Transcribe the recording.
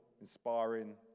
inspiring